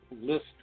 List